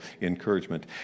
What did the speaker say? encouragement